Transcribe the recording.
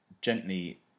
gently